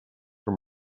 from